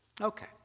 Okay